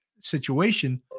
situation